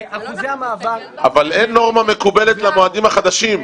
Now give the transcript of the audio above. אבל אין נורמה מקובלת למועדים החדשים.